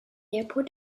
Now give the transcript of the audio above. airport